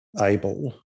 able